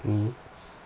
mm